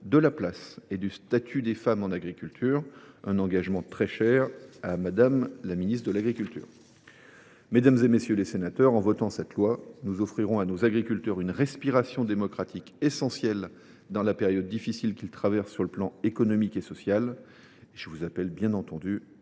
de la place et du statut des femmes en agriculture, un engagement très cher à Mme la ministre de l’agriculture. Mesdames, messieurs les sénateurs, en votant cette proposition de loi, nous offrirons à nos agriculteurs une respiration démocratique essentielle dans la période difficile qu’ils traversent sur le plan économique et social. Je vous appelle donc, bien entendu,